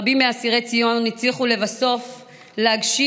רבים מאסירי ציון הצליחו לבסוף להגשים